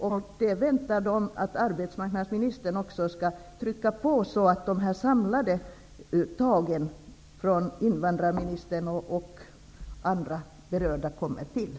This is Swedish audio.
De här kvinnorna väntar sig att arbetsmarknadsministern trycker på, så att invandrarministern och andra berörda verkligen tar de samlade grepp som här behövs.